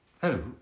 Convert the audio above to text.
Hello